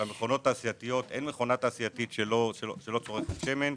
אין מכונה תעשייתית שלא צורכת שמן.